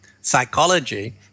psychology